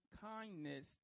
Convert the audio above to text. kindness